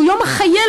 שהוא יום החיילת,